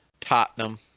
Tottenham